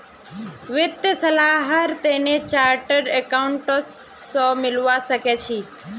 वित्तीय सलाहर तने चार्टर्ड अकाउंटेंट स मिलवा सखे छि